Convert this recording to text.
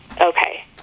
Okay